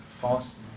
false